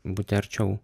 būti arčiau